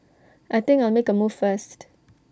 I think I'll make A move first